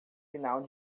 final